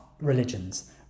religions